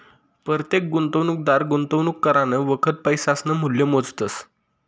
परतेक गुंतवणूकदार गुंतवणूक करानं वखत पैसासनं मूल्य मोजतस